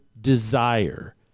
desire